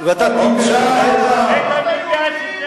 ואתה תמצא את, תקן אותו.